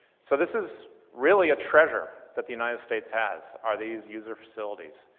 so this is really a treasure that the united states has. are these user facilities?